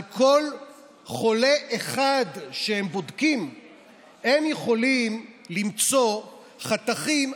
על כל חולה אחד שהם בודקים הם יכולים ליצור חתכים.